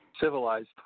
Civilized